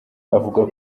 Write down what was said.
avuga